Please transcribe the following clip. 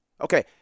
Okay